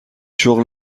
شغل